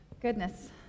Goodness